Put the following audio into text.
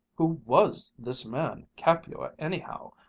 who was this man capua, anyhow?